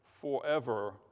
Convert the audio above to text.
forever